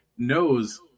knows